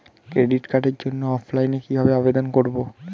Credit কার্ডের জন্য অফলাইনে কিভাবে আবেদন করব?